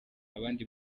abandi